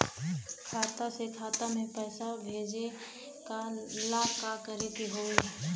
खाता से खाता मे पैसा भेजे ला का करे के होई?